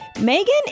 Megan